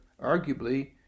arguably